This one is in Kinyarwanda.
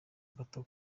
gato